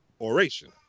Oration